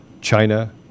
China